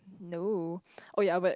no oh yea but